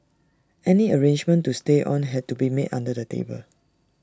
any arrangement to stay on had to be made under the table